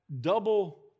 double